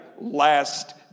last